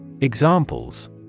Examples